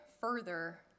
further